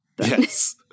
Yes